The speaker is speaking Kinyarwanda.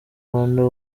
rwanda